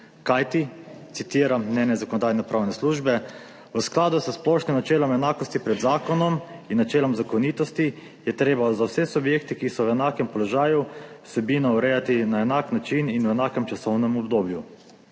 Kajti, citiram mnenje Zakonodajno-pravne službe: »V skladu s splošnim načelom enakosti pred zakonom in načelom zakonitosti je treba za vse subjekte, ki so v enakem položaju, vsebino urejati na enak način in v enakem časovnem obdobju.«